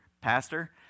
pastor